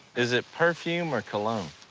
is it perfume or cologne?